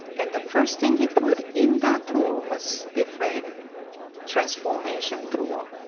and the first thing he put in that tool was different transformation tool.